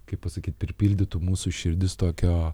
kaip pasakyt pripildytų mūsų širdis tokio